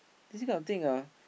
this kind of thing ah